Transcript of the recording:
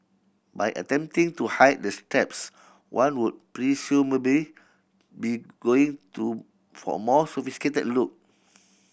by attempting to hide the straps one would presumably be going to for a more sophisticated look